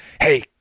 Hey